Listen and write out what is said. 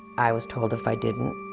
i was told if i didn't